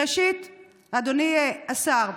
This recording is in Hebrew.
ראשית, אדוני השר,